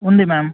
ఉంది మ్యామ్